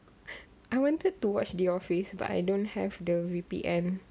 I wanted to watch the office but I don't have the V_P_N